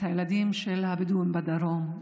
את הילדים של הבדואים בדרום.